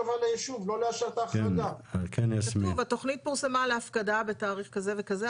כתוב, התכנית פורסמה להפקדה בתאריך כזה וכזה.